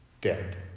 dead